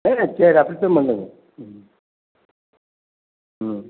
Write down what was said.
ஆ சரி அப்படிதான் பண்ணுங்க ம் ம்